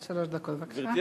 עד שלוש דקות בבקשה.